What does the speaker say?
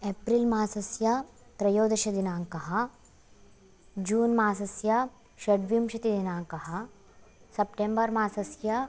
April मासस्य त्रयोदशदिनाङ्कः जून्मासस्य षड्विंशतिदिनाङ्कः सप्टेम्बर् मासस्य